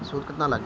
सूद केतना लागी?